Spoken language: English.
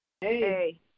Hey